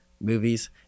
movies